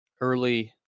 early